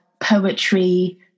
poetry